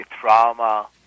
trauma